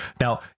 now